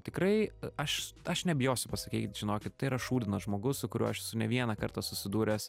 tikrai aš aš nebijosiu pasakykit žinokit tai yra šūdinas žmogus su kuriuo aš esu ne vieną kartą susidūręs